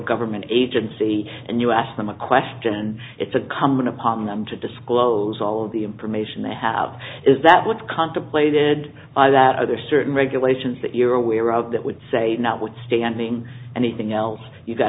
government agency and you ask them a question and it's a common upon them to disclose all the information they have is that what contemplated that other certain regulations that you're aware of that would say notwithstanding anything else you've got